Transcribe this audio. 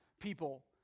people